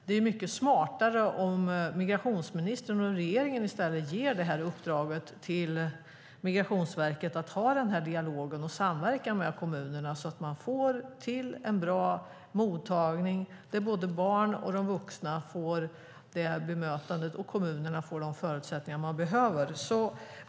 Det är mycket smartare om migrationsministern och regeringen i stället ger i uppdrag till Migrationsverket att ha den här dialogen och samverka med kommunerna så att man får till en bra mottagning där både barn och de vuxna får ett bra bemötande och kommunerna får de förutsättningar som de behöver.